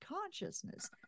consciousness